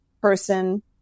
person